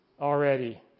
already